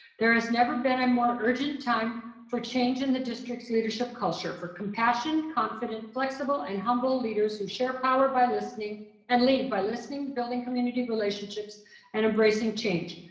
there has never been a more urgent time for change in the district's leadership culture for compassionate, confident, flexible and humble leaders who share power by listening and lead by listening, building community relationships and embracing change.